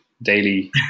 Daily